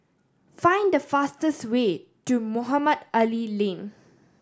find the fastest way to Mohamed Ali Lane